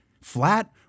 flat